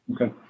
Okay